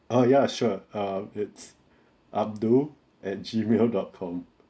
oh ya sure err it's abdul at gmail dot com